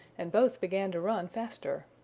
and both began to run faster.